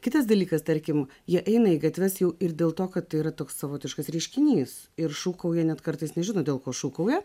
kitas dalykas tarkim jie eina į gatves jau ir dėl to kad yra toks savotiškas reiškinys ir šūkauja net kartais nežino dėl ko šūkauja